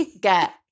get